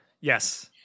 Yes